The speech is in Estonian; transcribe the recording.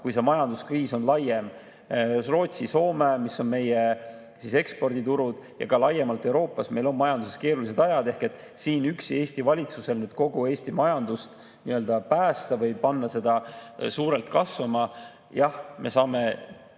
kui see majanduskriis on laiem: Rootsis, Soomes, mis on meie eksporditurud, ja ka laiemalt Euroopas. Meil on majanduses keerulised ajad ja Eesti valitsusel üksi kogu Eesti majandust päästa või seda suurelt kasvama panna [ei